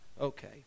okay